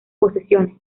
posesiones